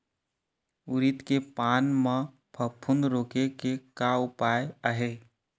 उरीद के पान म फफूंद रोके के का उपाय आहे?